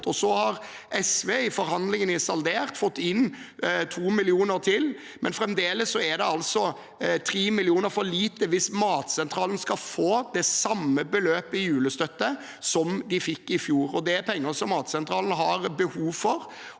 Så har SV i forhandlingene om saldert fått inn 2 mill. kr til, men fremdeles er det 3 mill. kr for lite, hvis Matsentralen skal få det samme beløpet i julestøtte i år som de fikk i fjor. Dette er penger som Matsentralen har behov for,